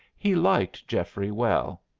he liked geoffrey well.